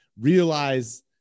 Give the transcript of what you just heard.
realize